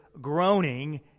groaning